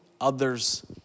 others